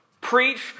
Preach